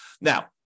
Now